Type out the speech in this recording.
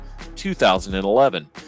2011